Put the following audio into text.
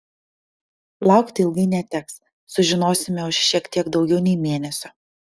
laukti ilgai neteks sužinosime už šiek tiek daugiau nei mėnesio